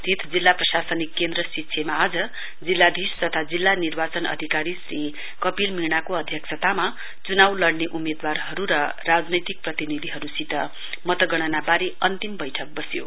पूर्व जिल्लाको गान्तोक स्थित जिल्ला प्रशासनिक केन्द्र सिच्छेमा आज जिल्लाधीश तथा जिल्ला निर्वाचन अधिकारी श्री कपिल मीणाको अध्यक्षतामा च्नाउ लड्ने उम्मेदवारहरु र राजनैतिक प्रतिनिधिहरुसित मतगणनावारे अन्तिम बैठक वस्यो